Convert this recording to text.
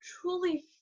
truly